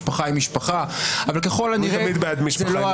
משפחה היא משפחה ----- תמיד בעד משפחה היא משפחה.